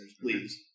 please